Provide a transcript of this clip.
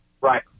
right